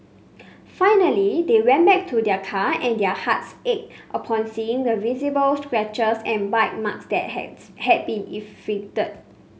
finally they went back to their car and their hearts ached upon seeing the visible scratches and bite marks that had been inflicted